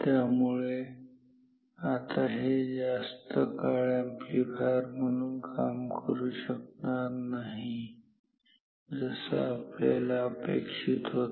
त्यामुळे आता हे जास्त काळ अॅम्प्लीफायर म्हणून काम करू शकणार नाही जसं आपल्याला अपेक्षित होत